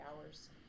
hours